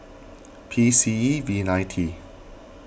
P C E V nine T